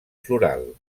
floral